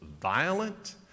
violent